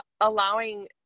allowing